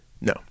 No